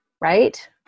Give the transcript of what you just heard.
Right